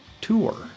tour